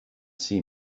see